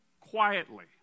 quietly